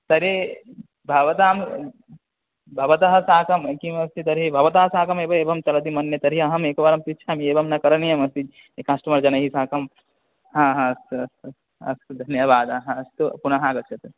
तर्हि भवतां भवतः साकं किमस्ति तर्हि भवतः साकमेव एवं चलति मन्ये तर्हि अहमेकवारं पृच्छामि एवं न करणीयमस्ति कस्टमर् जनैः साकं हा हा अस्तु अस्तु अस्तु धन्यवादाः अस्तु पुनः आगच्छतु